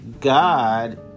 God